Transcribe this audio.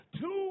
two